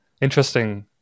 Interesting